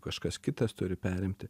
kažkas kitas turi perimti